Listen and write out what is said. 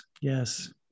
yes